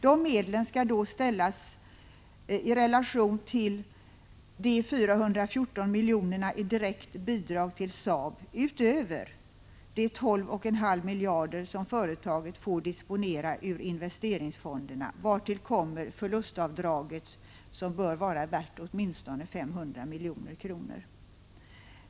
De medlen skall då ställas i relation till de 414 miljonerna i direkt bidrag till Saab utöver de 12,5 miljarder som företaget får disponera ur investeringsfonderna, vartill kommer förlustavdraget som bör vara värt åtminstone 500 milj.kr.